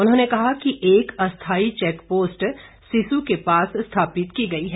उन्होंने कहा कि एक अस्थाई चैक पोस्ट सिस्सू के पास स्थापित की गई है